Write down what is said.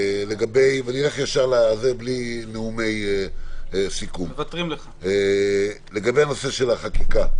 בלי נאומי סיכום לגבי הנושא של החקיקה,